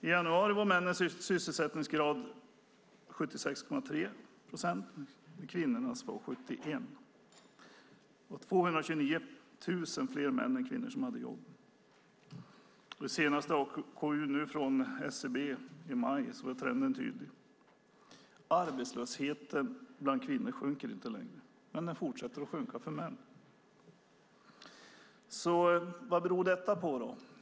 I januari var männens sysselsättningsgrad 76,3 procent och kvinnornas 71 procent. Det var 229 000 fler män än kvinnor som hade jobb. I den senaste arbetskraftsundersökningen från SCB i maj var trenden tydlig. Arbetslösheten bland kvinnor sjunker inte längre, men den fortsätter att sjunka för män. Vad beror det på?